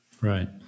Right